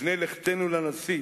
לפני לכתנו לנשיא,